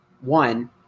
one